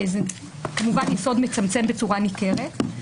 זה כמובן יסוד מצמצם בצורה ניכרת.